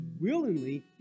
willingly